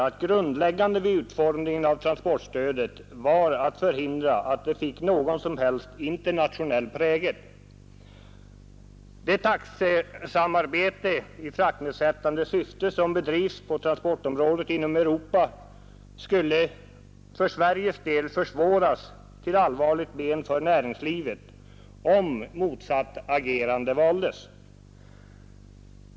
En grundläggande princip vid utformningen av transportstödet var att förhindra att det fick någon som helst internationell prägel. Det taxesamarbete i fraktnedsättande syfte som bedrivs på transportområdet inom Europa skulle för Sveriges del försvåras till allvarligt men för näringslivet, om motsatt agerande valdes.